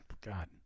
God